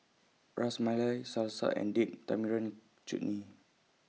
Ras Malai Salsa and Date Tamarind Chutney